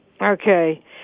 Okay